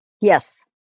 Yes